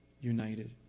united